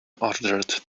ordered